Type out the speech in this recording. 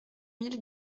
mille